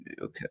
Okay